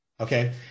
Okay